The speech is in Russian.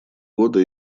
года